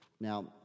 Now